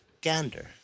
gander